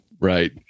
right